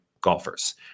golfers